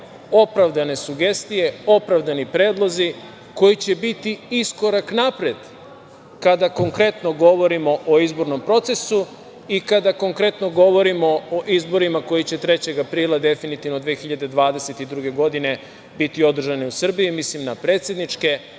opravdane sugestije, opravdani predlozi, koji će biti iskorak napred, kada konkretno govorimo o izbornom procesu i kada konkretno govorimo o izborima koji će 3. aprila 2022. godine biti održani u Srbiji, mislim na predsedničke,